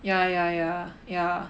ya ya ya ya